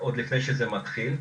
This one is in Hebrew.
עוד לפני שזה מתחיל.